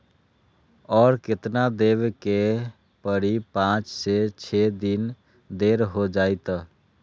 और केतना देब के परी पाँच से छे दिन देर हो जाई त?